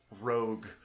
rogue